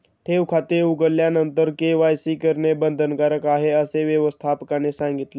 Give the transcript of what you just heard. ठेव खाते उघडल्यानंतर के.वाय.सी करणे बंधनकारक आहे, असे व्यवस्थापकाने सांगितले